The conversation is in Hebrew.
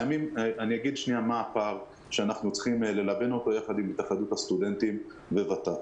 אגיד מה הפער שאנחנו צריכים ללבן יחד עם התאחדות הסטודנטים וות"ת,